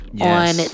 on